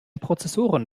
prozessoren